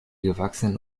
gewachsenen